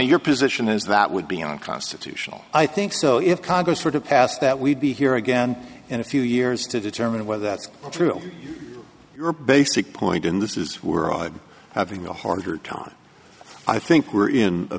your position is that would be unconstitutional i think so if congress were to pass that we'd be here again in a few years to determine whether that's true your basic point in this is we're having a harder time i think we're in a